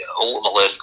ultimately